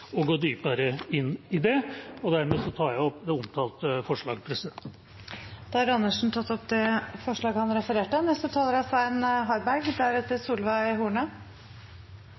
å gå dypere inn i det. Dermed tar jeg opp det omtalte forslaget. Da har representanten Dag Terje Andersen tatt opp det forslaget han viste til. Det er